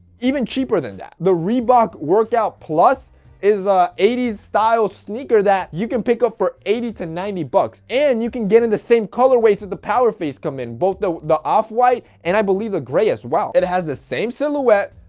even cheaper than that. the reebok workout plus is a eighty s style sneaker that you can pick up for eighty to ninety bucks. and you can get in the same colorways that the power face come in both the the off-white and i believe the gray as well. it has the same silhouette,